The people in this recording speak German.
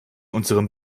unserem